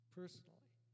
personally